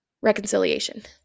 Reconciliation